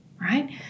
right